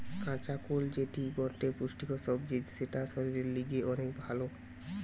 কাঁচা কোলা যেটি গটে পুষ্টিকর সবজি যেটা শরীরের লিগে অনেক ভাল